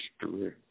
history